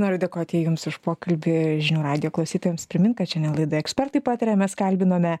noriu dėkoti jums už pokalbį žinių radijo klausytojams primint kad šiandien laidoje ekspertai pataria mes kalbinome